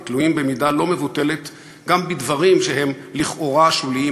תלויות במידה לא מבוטלת גם בדברים שהם לכאורה שוליים,